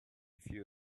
few